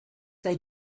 they